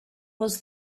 was